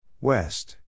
West